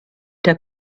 der